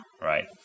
Right